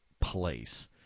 place